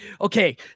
okay